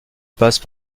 passe